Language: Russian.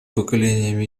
поколениями